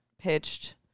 pitched